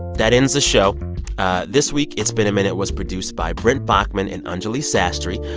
that ends the show this week, it's been a minute was produced by brent baughman and anjuli sastry.